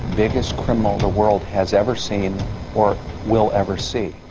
biggest criminal the world has ever seen or will ever see